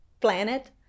planet